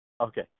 Okay